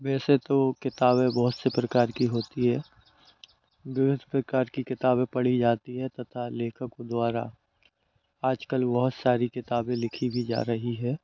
वैसे तो किताबें बहुत से प्रकार की होती है विविध प्रकार की किताबें पढ़ी जाती है तथा लेखकों द्वारा आज कल बहुत सारी किताबें लिखी भी जा रही है